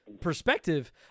perspective